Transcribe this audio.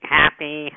happy